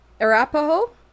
Arapaho